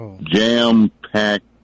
Jam-packed